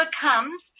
comes